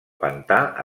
pantà